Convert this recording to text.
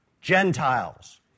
Gentiles